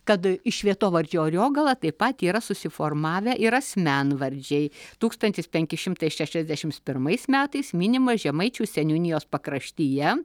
kad iš vietovardžio ariogala taip pat yra susiformavę ir asmenvardžiai tūkstantis penki šimtai šešiasdešims pirmais metais minimas žemaičių seniūnijos pakraštyje